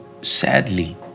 Sadly